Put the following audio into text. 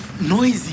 noisy